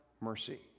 mercy